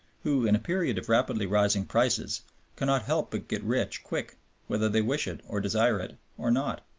who in a period of rapidly rising prices cannot help but get rich quick whether they wish it or desire it or not.